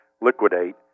liquidate